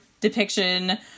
depiction